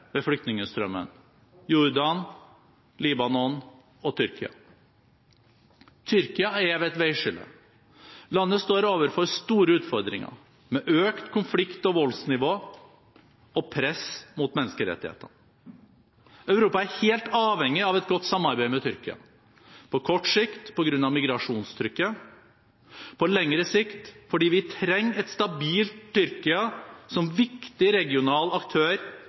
ved flyktningestrømmen: Jordan, Libanon og Tyrkia. Tyrkia er ved et veiskille. Landet står overfor store utfordringer med økt konflikt- og voldsnivå og press mot menneskerettighetene. Europa er helt avhengig av et godt samarbeid med Tyrkia – på kort sikt på grunn av migrasjonstrykket og på lengre sikt fordi vi trenger et stabilt Tyrkia som viktig regional aktør